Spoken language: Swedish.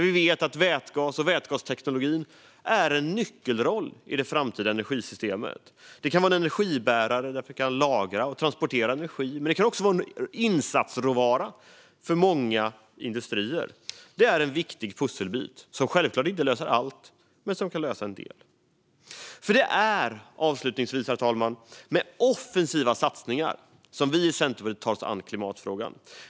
Vi vet att vätgas och vätgastekniken har en nyckelroll i det framtida energisystemet. Vätgasen kan vara en energibärare för att lagra och transportera energi, men den kan också vara en insatsråvara för många industrier. Det är en viktig pusselbit som självklart inte löser allt, men den kan lösa en del. Herr talman! Det är med offensiva satsningar som vi i Centerpartiet tar oss an klimatfrågan.